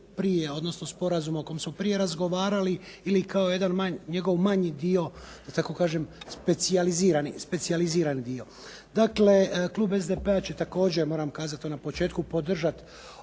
odnosno sporazuma o kom smo prije razgovarali ili kao jedan njegov manji dio, da tako kažem, specijalizirani dio. Dakle, klub SDP-a će također moram kazati to na početku, podržat